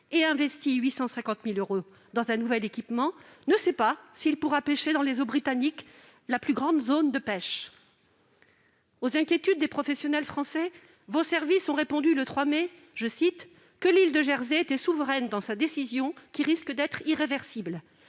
a investi 850 000 euros dans un nouvel équipement ne sait pas s'il pourra pêcher dans les eaux britanniques, la plus grande zone de pêche. Aux inquiétudes des professionnels français, vos services ont répondu, le 3 mai dernier, que l'île de Jersey était souveraine dans sa décision, qui risque d'être irréversible,